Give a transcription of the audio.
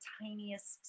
tiniest